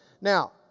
now